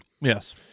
Yes